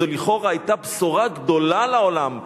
זו לכאורה היתה בשורה גדולה לעולם,